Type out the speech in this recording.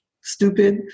stupid